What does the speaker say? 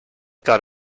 got